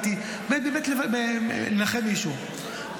הייתי באמת לנחם מישהו,